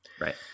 Right